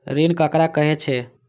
ऋण ककरा कहे छै?